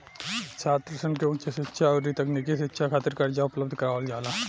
छात्रसन के उच शिक्षा अउरी तकनीकी शिक्षा खातिर कर्जा उपलब्ध करावल जाला